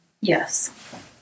Yes